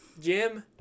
Jim